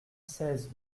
seize